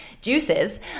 juices